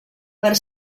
per